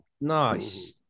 nice